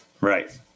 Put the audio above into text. Right